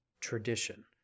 tradition